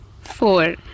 four